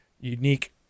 unique